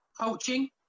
coaching